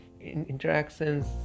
interactions